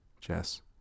Jess